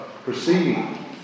Proceeding